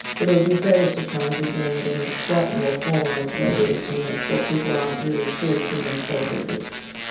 but it would be better to try and be doing it in a slightly more formalised way where we can make sure people aren't really truly putting themselves at risk.